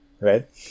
right